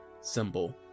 symbol